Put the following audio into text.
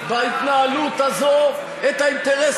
אבל הוא לעולם לא היה מעלה על דעתו דבר כזה.